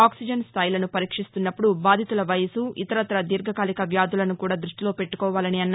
oxygen స్టాయిలసు పరీక్షిస్తున్నపుడు బాధితుల వయసు ఇతరతా దీర్ఘకాలిక వ్యాధులను కూడా దృష్లిలో పెట్లుకోవాలని అన్నారు